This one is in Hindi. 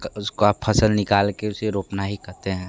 उसका फसल निकाल के उसे रोपना ही कहते है